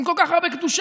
עם כל כך הרבה קדושה,